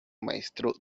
maestro